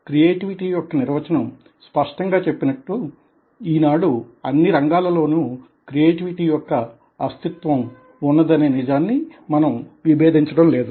creativity యొక్క నిర్వచనం స్పష్టంగా చెప్పినట్టు ఈనాడు అన్ని రంగాలలోనూ క్రియేటివిటీ యొక్క అస్తిత్వం ఉన్నదనే నిజాన్ని మనం విభేదించడం లేదు